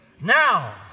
Now